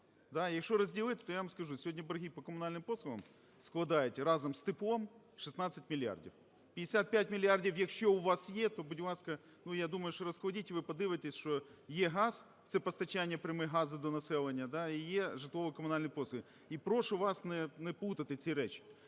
Якщо розділити, то я вам скажу: сьогодні борги по комунальним послугам складають разом з теплом 16 мільярдів. 55 мільярдів, якщо у вас є, то, будь ласка… Ну, я думаю, що розкладіть, і ви подивитесь, що є газ – це постачання пряме газу до населення і є житлово-комунальні послуги. І прошу вас не плутати ці речі.